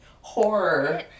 horror